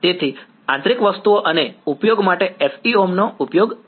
તેથી આંતરિક વસ્તુઓ અને ઉપયોગ માટે FEM નો ઉપયોગ કરો